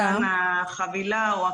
לא רק במתן החבילה או הכרטיס מזון.